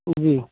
जी